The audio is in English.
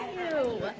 you